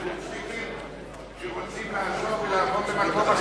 הצעת החוק שלך היא גם על קיבוצניקים שרוצים לעזוב ולעבור למקום אחר?